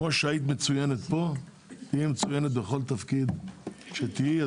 כמו שהיית מצוינת פה תהיי מצוינת בכל תפקיד שתהיי.